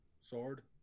sword